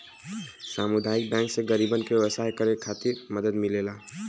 सामुदायिक बैंक से गरीबन के व्यवसाय करे खातिर मदद मिलेला